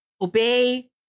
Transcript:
Obey